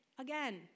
again